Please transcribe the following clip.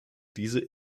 diese